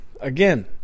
again